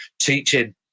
teaching